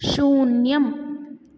शून्यम्